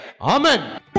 Amen